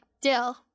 dill